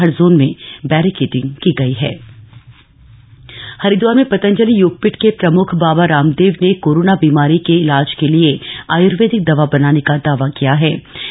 हर zone में barricading की गई हम कोरोनिल दवाइ लॉन्च हरिद्वार में पतंजलि योगपीठ के प्रमुख बाबा रामदेव ने कोरोना बीमारी के इलाज के लिए आयुर्वेदिक दवा बनाने का दावा किया हथा